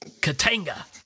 Katanga